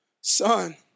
son